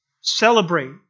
celebrate